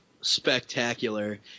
spectacular